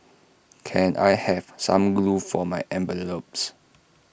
can I have some glue for my envelopes